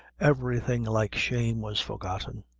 everything like shame was forgotten,